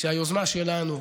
כשהיוזמה שלנו,